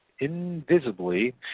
invisibly